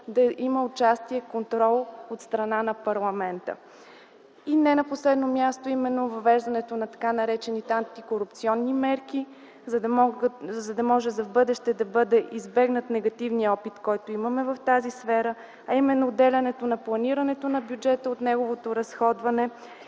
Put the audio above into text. да има участие и контрол от страна на парламента. Не на последно място, въвеждането на така наречените антикорупционни мерки, за да може в бъдеще да бъде избегнат негативният опит, който имаме в тази сфера, а именно отделянето на планирането на бюджета от неговото разходване,